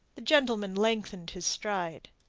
the gentleman lengthened his stride.